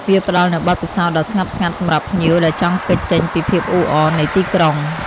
វាផ្តល់នូវបទពិសោធន៍ដ៏ស្ងប់ស្ងាត់សម្រាប់ភ្ញៀវដែលចង់គេចចេញពីភាពអ៊ូអរនៃទីក្រុង។